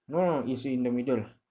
no no it's in the middle